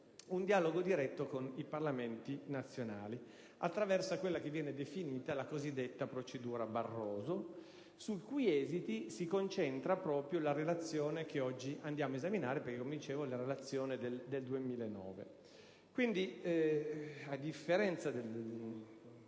un dialogo diretto con i Parlamenti nazionali, attraverso quella che viene definita la cosiddetta procedura Barroso, sui cui esiti si concentra proprio la Relazione che oggi andiamo ad esaminare, perché, come dicevo, la relazione è del 2009. Quindi, a differenza di